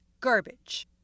garbage